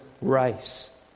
race